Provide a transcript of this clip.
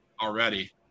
already